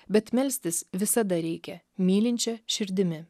bet melstis visada reikia mylinčia širdimi